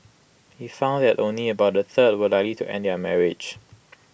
he found that only about A third were likely to end their marriage